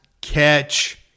Catch